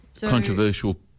Controversial